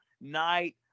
night